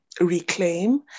reclaim